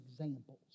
examples